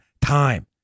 time